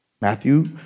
Matthew